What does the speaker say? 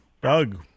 Doug